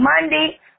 Monday